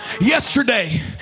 yesterday